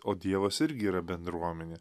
o dievas irgi yra bendruomenė